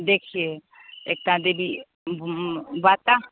देखिए एकता दीदी बाता